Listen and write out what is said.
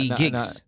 gigs